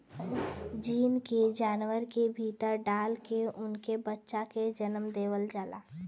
gene के जानवर के भीतर डाल के उनकर बच्चा के जनम देवल जाला